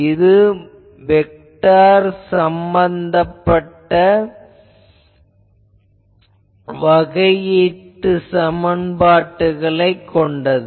இது வெக்டார் திறன் சம்பந்தப்பட்ட வகையீட்டு சமன்பாடுகளைக் கொண்டது